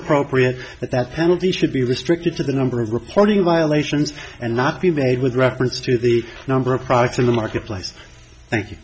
appropriate that penalty should be restricted to the number of reporting violations and not be made with reference to the number of products in the marketplace thank you